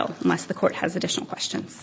must the court has additional questions